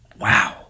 wow